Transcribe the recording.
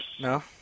No